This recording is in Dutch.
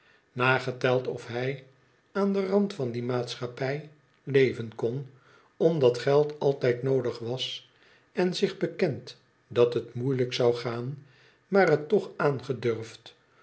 nageteld of hij aan den rand van die maatschappij leven kon omdat geld altijd noodig was en zich bekend dat het moeilijk zou gaan maar het toch aangedurfd